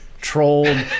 trolled